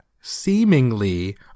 seemingly